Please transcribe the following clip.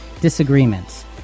disagreements